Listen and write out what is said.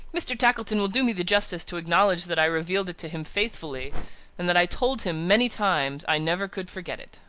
mr. tackleton will do me the justice to acknowledge that i revealed it to him faithfully and that i told him, many times, i never could forget it,